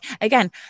again